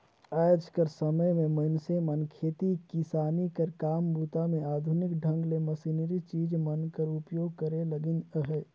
आएज कर समे मे मइनसे मन खेती किसानी कर काम बूता मे आधुनिक ढंग ले मसीनरी चीज मन कर उपियोग करे लगिन अहे